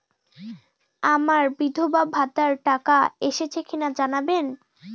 আমার বিধবাভাতার টাকা এসেছে কিনা জানাবেন?